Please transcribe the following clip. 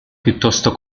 piuttosto